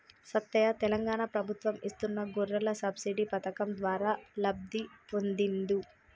సత్తయ్య తెలంగాణ ప్రభుత్వం ఇస్తున్న గొర్రెల సబ్సిడీ పథకం ద్వారా లబ్ధి పొందిండు